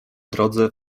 drodze